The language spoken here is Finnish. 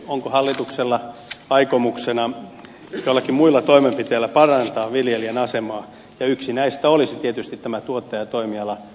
onko hallituksella aikomuksena joillakin muilla toimenpiteillä parantaa viljelijän asemaa ja yksi näistä olisi tietysti tämä tuottaja ja toimialalainsäädäntö